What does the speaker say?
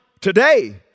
today